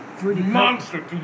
monster